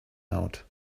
out